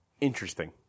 Interesting